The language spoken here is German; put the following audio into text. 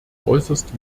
äußerst